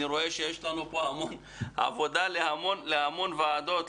אני רואה שיש פה המון עבודה להמון ועדות,